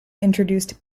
introduced